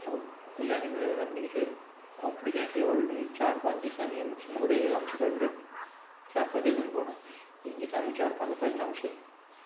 सगल्यांनी मेळून आमी अशें कॉम्पिटिशन आशिल्लें व्हडलें चार पांच दिसांनी आमी शंबरेक तामशे काडले चार पांच दिसांनी पूण आं एक दिसा आमचे चार पांच जाताले तामशे